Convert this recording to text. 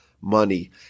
money